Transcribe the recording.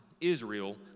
Israel